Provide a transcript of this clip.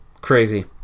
Crazy